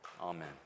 Amen